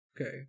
Okay